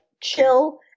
chill